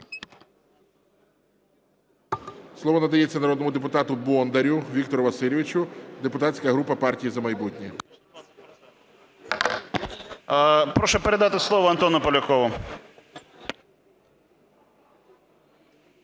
Слово надається народному депутату Бондарю Віктору Васильовичу, депутатська група "Партії "За майбутнє". 11:33:44 БОНДАР В.В. Прошу передати слово Антону Полякову.